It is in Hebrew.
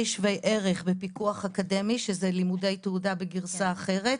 שווי ערך בפיקוח אקדמי' שזה לימודי תעודה בגרסה אחרת,